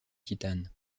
titane